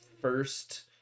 first